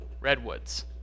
redwoods